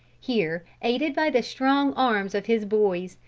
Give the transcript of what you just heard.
here, aided by the strong arms of his boys,